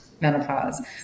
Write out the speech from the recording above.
menopause